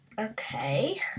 Okay